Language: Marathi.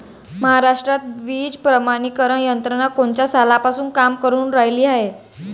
महाराष्ट्रात बीज प्रमानीकरण यंत्रना कोनच्या सालापासून काम करुन रायली हाये?